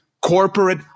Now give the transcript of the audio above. Corporate